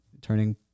turning